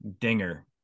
Dinger